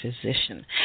physician